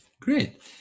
Great